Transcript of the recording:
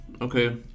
Okay